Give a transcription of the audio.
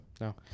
No